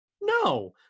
No